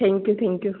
thank you thank you